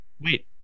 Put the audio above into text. wait